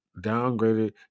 downgraded